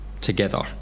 together